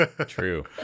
True